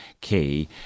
key